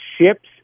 ships